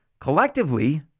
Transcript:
Collectively